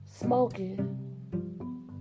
smoking